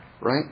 right